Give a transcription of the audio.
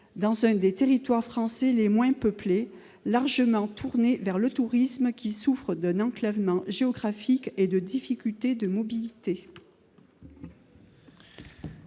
dans un des territoires français les moins peuplés, largement tourné vers le tourisme, qui souffre d'un enclavement géographique et de difficultés en termes de mobilité.